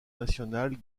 nationale